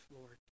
Lord